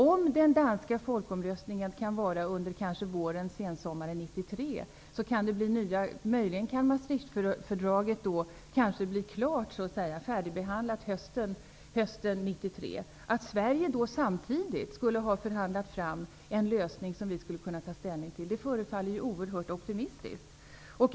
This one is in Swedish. Om den danska folkomröstningen kan äga rum under våren eller sensommaren 1993, så kan möjligen Maastrichtfördraget bli färdigbehandlat hösten 1993. Att Sverige då samtidigt skulle ha förhandlat fram en lösning som vi skulle kunna ta ställning till förefaller oerhört optimistiskt.